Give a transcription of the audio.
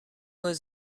was